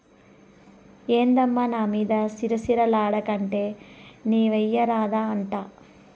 ఏందమ్మా నా మీద సిర సిర లాడేకంటే నీవెయ్యరాదా అంట